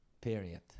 period